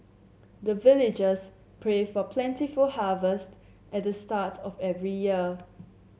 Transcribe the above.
the villagers pray for plentiful harvest at the start of every year